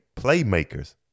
playmakers